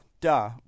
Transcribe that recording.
duh